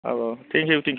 औ औ thank you sir औ